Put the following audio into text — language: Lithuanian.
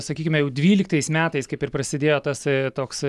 sakykime jau dvyliktais metais kaip ir prasidėjo tas toks